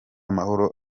mahoro